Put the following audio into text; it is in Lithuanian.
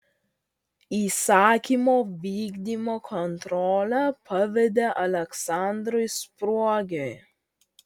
įsakymo vykdymo kontrolę pavedė aleksandrui spruogiui